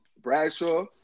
Bradshaw